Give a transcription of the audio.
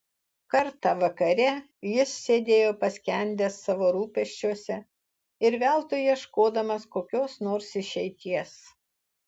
kartą vakare jis sėdėjo paskendęs savo rūpesčiuose ir veltui ieškodamas kokios nors išeities